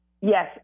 Yes